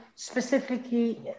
specifically